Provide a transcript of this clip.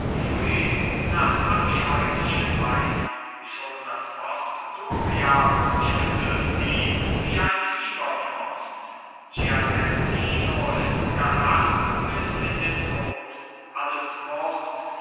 nach abscheulichen weisen schon das wort doria schüttelt sie wie ein fieberfrost gianettino ist gehaßt bis in den tod alles murrt